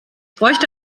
bräuchte